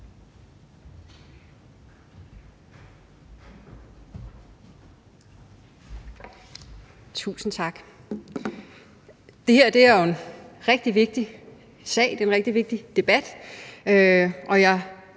Tusind tak. Det her er jo en rigtig vigtig sag, det er en rigtig vigtig debat,